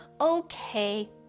okay